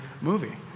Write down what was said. movie